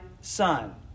son